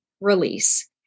release